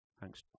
Thanks